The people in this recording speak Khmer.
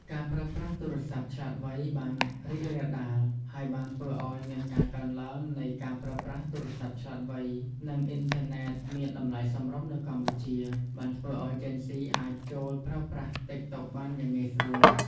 ការប្រើប្រាស់ទូរស័ព្ទឆ្លាតវៃបានរីករាលដាល ហើយបានធ្វើឲ្យមានការកើនឡើងនៃការប្រើប្រាស់ទូរស័ព្ទឆ្លាតវៃ និងអ៊ីនធឺណិតមានតម្លៃសមរម្យនៅកម្ពុជា បានធ្វើឱ្យជេនហ្ស៊ីអាចចូលប្រើប្រាស់តិកតុកបានយ៉ាងងាយស្រួល។